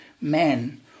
men